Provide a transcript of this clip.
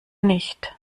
nicht